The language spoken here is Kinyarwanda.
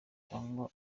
cyangwa